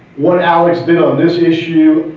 what alex did on this issue.